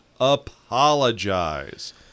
apologize